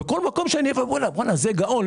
בכל מקום שאני אבוא אליו יגידו: "הוא גאון",